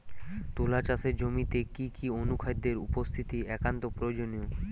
তুলা চাষের জমিতে কি কি অনুখাদ্যের উপস্থিতি একান্ত প্রয়োজনীয়?